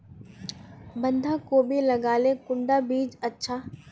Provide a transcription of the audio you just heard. बंधाकोबी लगाले कुंडा बीज अच्छा?